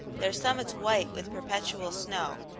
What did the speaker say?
their summits white with perpetual snow.